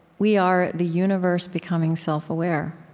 we are the universe becoming self-aware.